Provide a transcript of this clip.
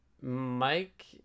Mike